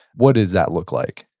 what does that look like?